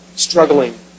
Struggling